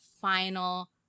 final